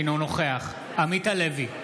אינו נוכח עמית הלוי,